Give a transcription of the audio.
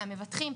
מהמבטחים,